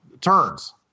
Turns